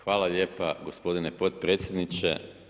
Hvala lijepa gospodine potpredsjedniče.